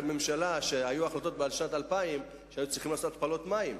היו החלטות בשנת 2000 לעשות התפלה של המים,